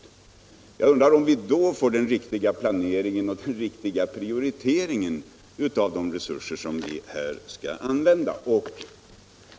Jag undrar om vi då får den riktiga planeringen och prioriteringen av de resurser som vi här skall använda.